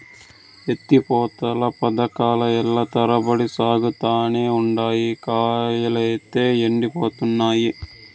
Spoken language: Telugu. ఎత్తి పోతల పదకాలు ఏల్ల తరబడి సాగతానే ఉండాయి, కయ్యలైతే యెండిపోతున్నయి